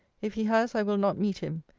if he has, i will not meet him.